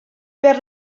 per